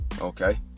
Okay